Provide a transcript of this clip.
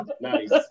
Nice